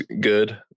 good